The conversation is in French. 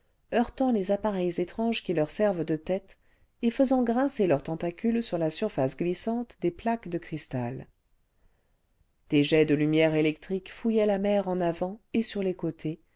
heurtant les appareils étranges qui leur servent de tête et faisant grincer leurs tentacules sur la surface glissante des plaques de cristal des jets cle lumière électrique fouillaient la mer en avant et sur les côtés